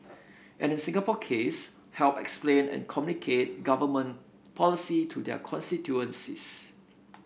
and in Singapore case help explain and communicate government policy to their constituencies